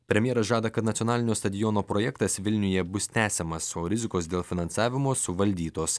premjeras žada kad nacionalinio stadiono projektas vilniuje bus tęsiamas o rizikos dėl finansavimo suvaldytos